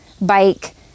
bike